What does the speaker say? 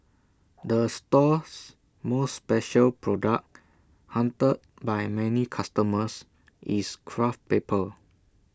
the store's most special product hunted by many customers is craft paper